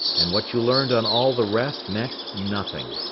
and what you learned on all the rest meant nothing.